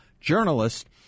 journalist